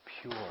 pure